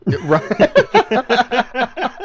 Right